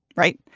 right.